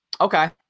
Okay